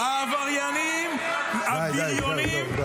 העבריינים הבריוניים הם מי -- די, די.